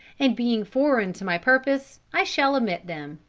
and being foreign to my purpose i shall omit them.